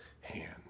hand